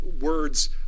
words